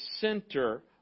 center